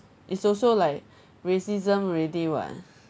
it's also like racism already [what]